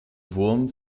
wurm